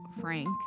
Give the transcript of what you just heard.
Frank